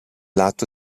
lato